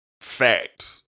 fact